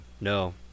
no